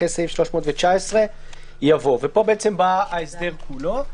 אחרי סעיף 319 יבוא:" פה בא ההסדר כולו.